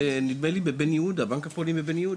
נדמה לי בבנק הפועלים בבן יהודה.